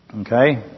Okay